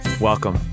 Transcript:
welcome